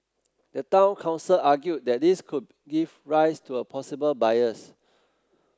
the Town Council argued that this could give rise to a possible bias